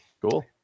Cool